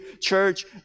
church